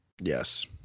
Yes